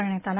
करण्यात आला